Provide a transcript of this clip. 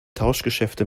tauschgeschäfte